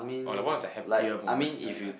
or like one of the happier moments in your life